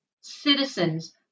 citizens